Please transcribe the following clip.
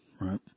right